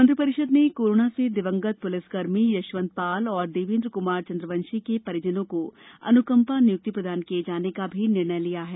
मंत्रि परिषद ने कोरोना से दिवंगत पुलिस कर्मी यशवंत पाल और देवेन्द्र कुमार चन्द्रवंशी के परिजनों को अनुकम्पा नियुक्ति प्रदान किये जाने का निर्णय भी लिया है